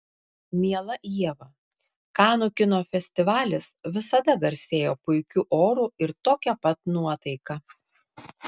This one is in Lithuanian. miela ieva kanų kino festivalis visada garsėjo puikiu oru ir tokia pat nuotaika